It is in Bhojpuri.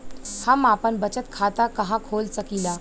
हम आपन बचत खाता कहा खोल सकीला?